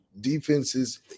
defenses